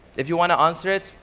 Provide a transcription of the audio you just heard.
if you want to answer it,